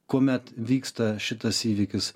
kuomet vyksta šitas įvykis